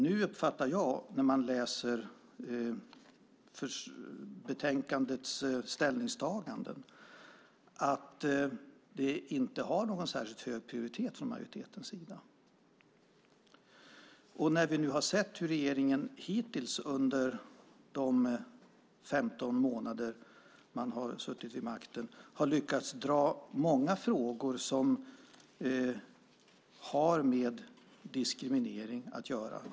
När jag läser om ställningstagandena i betänkandet uppfattar jag att detta inte prioriteras särskilt högt från majoritetens sida. Vi har ju sett hur regeringen under de 15 månader man hittills suttit vid makten har lyckats dra i långbänk många frågor som har med diskriminering att göra.